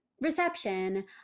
reception